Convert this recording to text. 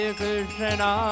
Krishna